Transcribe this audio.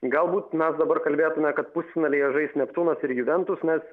galbūt mes dabar kalbėtume kad pusfinalyje žais neptūnas ir juventus nes